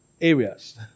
areas